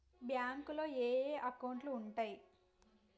బ్యాంకులో ఏయే అకౌంట్లు ఉంటయ్?